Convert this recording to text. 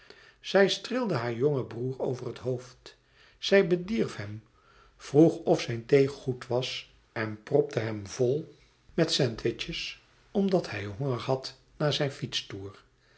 zij streelde haar jongen broêr over het hoofd zij bedierf hem vroeg of zijn thee goed was en propte hem vol met sandwiches omdat hij honger had na zijn